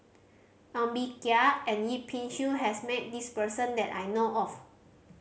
Ng Bee Kia and Yip Pin Xiu has met this person that I know of